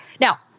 Now